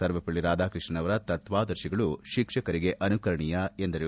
ಸರ್ವಪಲ್ಲಿ ರಾಧಾಕೃಷ್ಣ ಅವರ ತತ್ವಾದರ್ಶಗಳು ಶಿಕ್ಷಕರಿಗೆ ಅನುಕರಣೀಯ ಎಂದರು